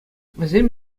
вӗсем